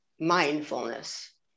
Mindfulness